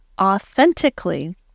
authentically